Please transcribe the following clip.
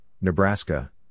Nebraska